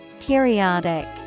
Periodic